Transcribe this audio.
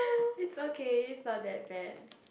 it's okay it's not that bad